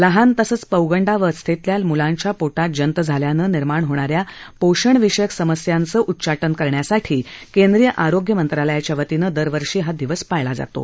लहान तसंच पौगंडावस्थेतल्या मुलांच्या पोटात जंत झाल्यानं निर्माण होणाऱ्या पोषण विषयक समस्येचं उच्चाटन करण्यासाठी केंद्रीय आरोग्य मंत्रालयाच्या वतीनं दरवर्षी हा दिवस पाळला जातो